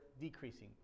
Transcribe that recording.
decreasing